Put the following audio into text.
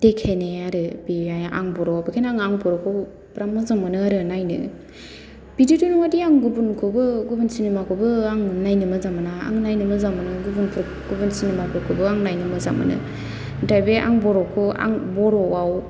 देखायनाय आरो बेयो आं बर'आव बेखायनो आं बर'खौ बिराद मोजां मोनो आरो नायनो बिदिथ' नङादि आं गुबुनखौबो गुबुन सिनिमाखौबो नायनो मोजां मोना आं गुबन सिनिमाफोरखौबो नायनो मोजां मोनो दा बे आं बर'खौ आं बर'आव